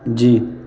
جی